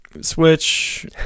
Switch